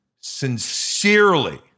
sincerely